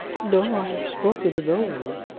no i have spoken to no one.